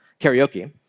karaoke